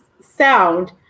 sound